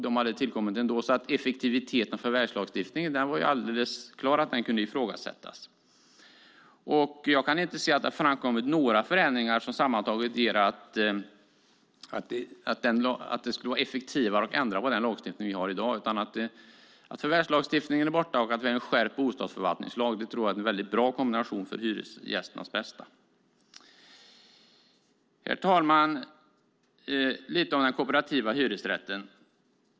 De hade tillkommit ändå. Det var alltså alldeles klart att effektiviteten i förvärvslagstiftningen kunde ifrågasättas. Jag kan inte se att det har framkommit några förändringar som sammantaget ger att det skulle vara effektivare att ändra på den lagstiftning vi har i dag. Att förvärvslagstiftningen är borta och att vi har en skärpt bostadsförvaltningslag tror jag alltså är en väldigt bra kombination för hyresgästernas bästa. Herr talman! Jag ska tala lite om den kooperativa hyresrätten.